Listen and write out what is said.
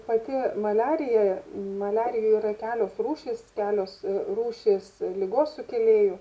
pati maliarija maliarija yra kelios rūšys kelios rūšys ligos sukėlėjų